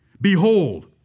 behold